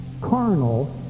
carnal